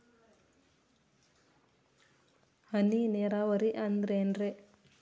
ಹನಿ ನೇರಾವರಿ ಅಂದ್ರೇನ್ರೇ?